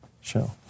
show